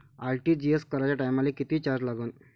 RTGS कराच्या टायमाले किती चार्ज लागन?